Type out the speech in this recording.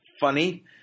funny